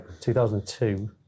2002